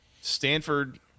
Stanford –